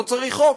לא צריך חוק,